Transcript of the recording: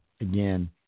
again